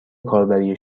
کاربری